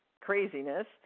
craziness